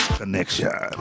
connection